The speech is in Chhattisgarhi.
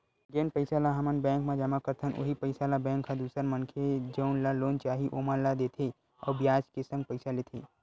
जेन पइसा ल हमन बेंक म जमा करथन उहीं पइसा ल बेंक ह दूसर मनखे जउन ल लोन चाही ओमन ला देथे अउ बियाज के संग पइसा लेथे